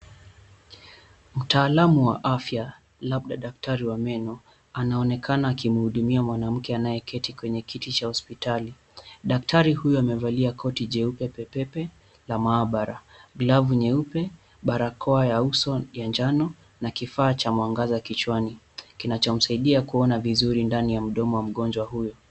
Mtaalamu wa afya labda daktari wa meno anaonekana akimuhudumia mwanamke anayeketi kwenye kiti cha hospitali. Daktari huyo amevalia koti jeupe pepepe la mahabara, glavu nyeupe, barakoa ya uso ya njano na kifaa cha mwangaza kichwani kinachomsaidia kuona vizuri ndani ya mdomo ya mgonjwa huyu.